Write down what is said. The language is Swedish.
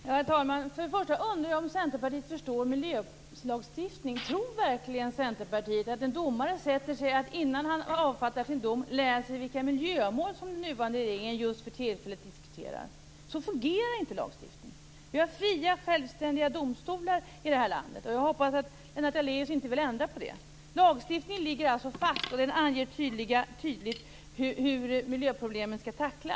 Herr talman! För det första undrar jag om Centerpartiet förstår miljölagstiftning. Tror verkligen Centerpartiet att en domare innan han har avfattar sin dom sätter sig och läser vilka miljömål som den nuvarande regeringen för tillfället diskuterar? Så fungerar det inte. Vi har fria, självständiga domstolar i det här landet. Jag hoppas att Lennart Daléus inte vill ändra på det. Lagstiftningen ligger alltså fast, och den anger tydligt hur miljöproblemen skall tacklas.